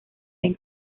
ven